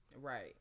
Right